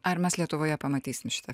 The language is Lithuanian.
ar mes lietuvoje pamatysim šitą